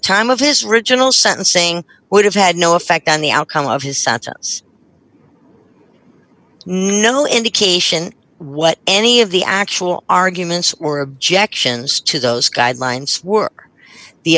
time of his riginal sentencing would have had no effect on the outcome of his sentence no indication what any of the actual arguments or objections to those guidelines were the